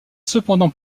cependant